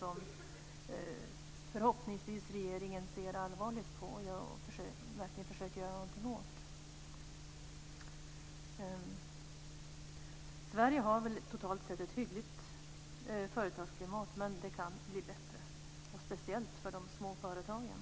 Förhoppningsvis ser regeringen allvarligt på detta och verkligen försöker att göra någonting åt det. Sverige har totalt sett ett hyggligt företagsklimat, men det kan bli bättre - speciellt för de små företagen.